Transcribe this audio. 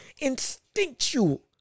instinctual